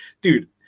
dude